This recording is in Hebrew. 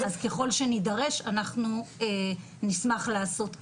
אז ככל שנידרש, אנחנו נשמח לעשות כן.